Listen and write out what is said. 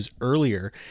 Earlier